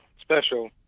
special